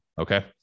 Okay